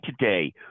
today